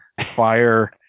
fire